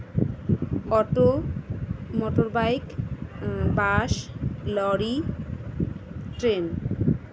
auto motorbike bus lorry train